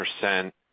percent